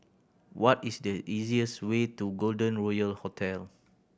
what is the easiest way to Golden Royal Hotel